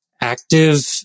active